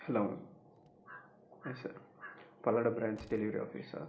hello hi sir Palladam branch delivery ஆஃபிசா